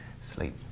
sleep